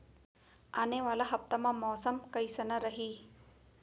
आने वाला हफ्ता मा मौसम कइसना रही?